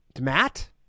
Matt